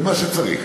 במה שצריך.